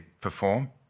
perform